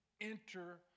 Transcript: enter